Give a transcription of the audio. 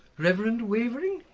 reverend wavering?